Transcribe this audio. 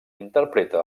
interpreta